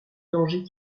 danger